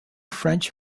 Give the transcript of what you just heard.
french